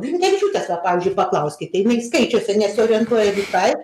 blinkevičiūtės va pavyzdžiui paklauskit jinai skaičiuose nesiorientuoja visai